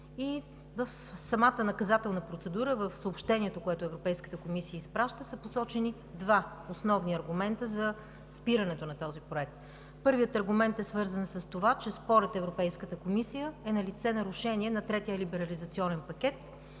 г. В самата наказателна процедура в съобщението, което Европейската комисия изпраща, са посочени два основни аргумента за спирането на Проекта. Първият аргумент е свързан с това, че според Европейската комисия е налице нарушение на третия либерализационен пакет.